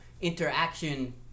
interaction